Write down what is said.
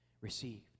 received